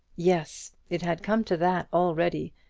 yes, it had come to that already.